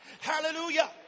hallelujah